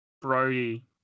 Brody